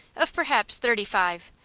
of perhaps thirty-five,